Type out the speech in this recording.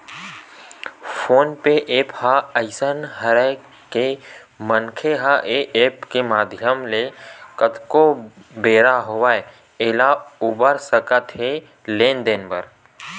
phone पे app ह अइसन हरय के मनखे ह ऐ ऐप के माधियम ले कतको बेरा होवय ऐला बउर सकत हे लेन देन बर